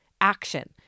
action